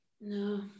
No